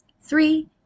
Three